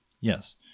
Yes